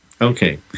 Okay